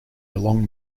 along